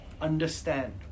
understand